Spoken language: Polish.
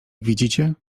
widzicie